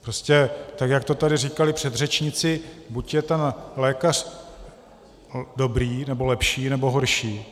Prostě tak, jak to tady říkali předřečníci, buď je ten lékař dobrý, nebo lepší, nebo horší.